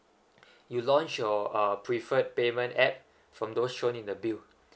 you launch your uh preferred payment app from those shown in the bill